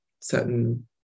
certain